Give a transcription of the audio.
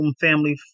family